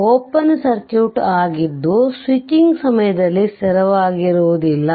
ಗೆ open circuit ಆಗಿದ್ದು switching ಸಮಯದಲ್ಲಿ ಸ್ಥಿರವಾಗಿರುವುದಿಲ್ಲ